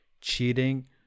cheating